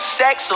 sex